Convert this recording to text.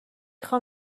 خوام